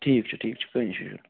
ٹھیٖک چھُ ٹھیٖک چھُ کٕہۭنۍ اِشوٗ چھُنہٕ